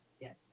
Yes